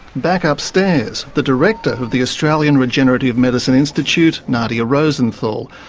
back upstairs, the director of the australian regenerative medicine institute, nadia rosenthal,